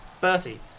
Bertie